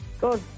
Good